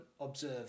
observe